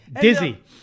Dizzy